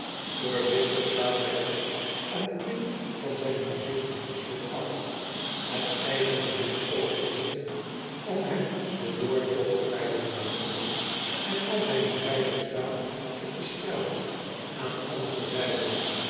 oorzigtig staat hij op en klimt van zijn verheven voetstuk af et ijzeren hek opent zich om hem den doortogt vrij te laten en als hij nu veilig staat op de straat aan onze zijde